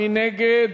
מי נגד?